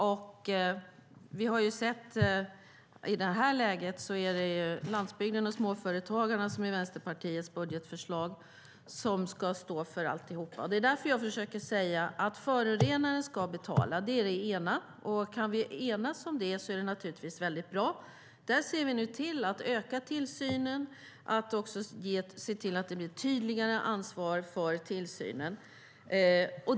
I det här läget har vi sett att det är landsbygden och småföretagarna som ska stå för alltihop i Vänsterpartiets budgetförslag. Det är därför jag säger att förorenaren ska betala. Det är naturligtvis bra om vi kan enas om det. Vi ser till att öka tillsynen och att det blir ett tydligare ansvar för tillsynen.